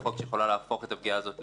החוק שיכולה להפוך את הפגיעה הזו למידתית,